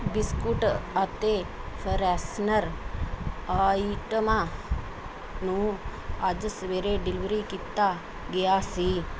biscuit ਅਤੇ freshener ਆਈਟਮਾਂ ਨੂੰ ਅੱਜ ਸਵੇਰੇ ਡਿਲੀਵਰੀ ਕੀਤਾ ਗਿਆ ਸੀ